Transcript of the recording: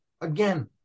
again